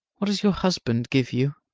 what does your husband give you?